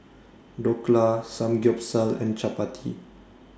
Dhokla Samgyeopsal and Chapati